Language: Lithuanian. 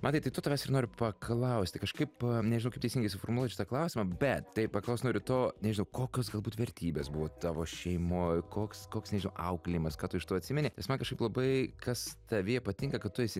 mantai tai to tavęs ir noriu paklausti kažkaip nežinau kaip teisingai suformuluot šitą klausimą bet taip paklaust noriu to nežinau kokios galbūt vertybės buvo tavo šeimoj koks koks auklėjimas ką tu iš to atsimeni man kažkaip labai kas tavyje patinka kad tu esi